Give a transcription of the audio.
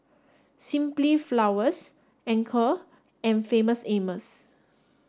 simply Flowers Anchor and Famous Amos